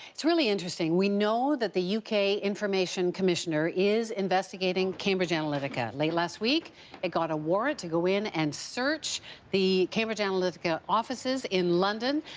it's really interesting, we know that the u k. information commissioner is investigating cambridge analytica. late last week it got a warrant to go in and to search the cambridge analytica offices in london.